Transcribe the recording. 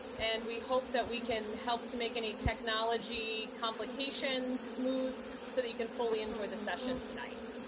and we hope that we can help to make any technology complications smooth so that you can fully enjoy the session tonight.